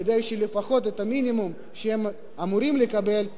כדי שלפחות את המינימום שהם אמורים לקבל,